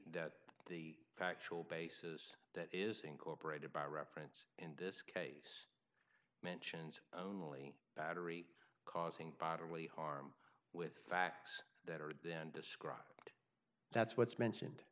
that the factual basis that is incorporated by reference in this case mentions only battery causing bodily harm with facts that are then described that's what's mentioned